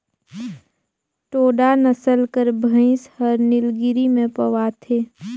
टोडा नसल कर भंइस हर नीलगिरी में पवाथे